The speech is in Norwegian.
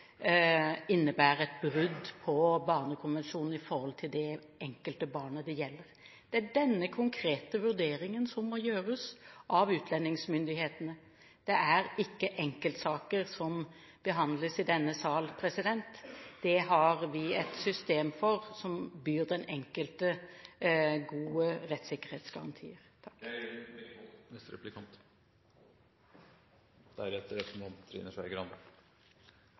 innebærer et brudd på Barnekonvensjonen med hensyn til det enkelte barnet det gjelder. Det er denne konkrete vurderingen som må gjøres av utlendingsmyndighetene. Det er ikke enkeltsaker som behandles i denne sal. Det har vi et system for – som byr den enkelte gode rettssikkerhetsgarantier.